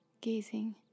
gazing